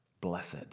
blessed